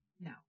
No